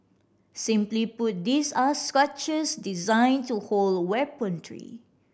simply put these are structures designed to hold weaponry